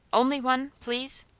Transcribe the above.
only one. please?